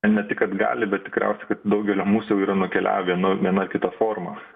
ne tik kad gali bet tikriausiai kad daugelio mūsų jau yra nukeliavę nu viena ar kita forma